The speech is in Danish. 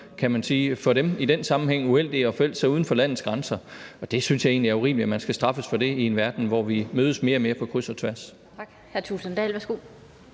kan man sige, uheldige at forelske sig uden for landets grænser. Og det synes jeg egentlig er urimeligt, altså at man skal straffes for det i en verden, hvor vi mødes mere og mere på kryds og tværs.